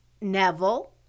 Neville